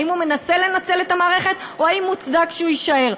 האם הוא מנסה לנצל את המערכת או האם מוצדק שהוא יישאר.